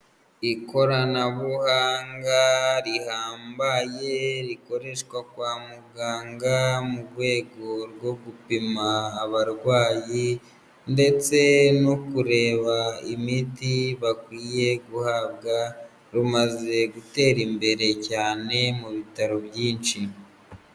Ikoranabuhanga rihambaye rikoreshwa kwa muganga mu rwego rwo gupima abarwayi ndetse no kureba imiti bakwiye guhabwa rumaze gutera imbere cyane mu bitaro byinshi.